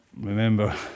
remember